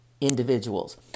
individuals